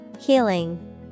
Healing